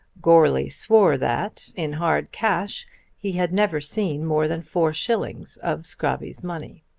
goarly swore that in hard cash he had never seen more than four shillings of scrobby's money.